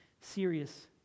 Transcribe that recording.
serious